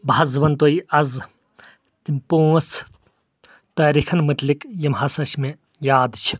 بہ حظ ونہٕ تۄہہ آز تِم پانژھ تٲریخن متعلِق یِم ہسا چھِ مےٚ یاد چھِ